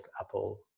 apple